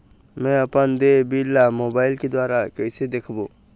मैं अपन देय बिल ला मोबाइल के द्वारा कइसे देखबों?